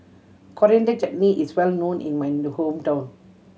Coriander Chutney is well known in my hometown